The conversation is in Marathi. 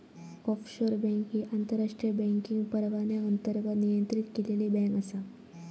ऑफशोर बँक ही आंतरराष्ट्रीय बँकिंग परवान्याअंतर्गत नियंत्रित केलेली बँक आसा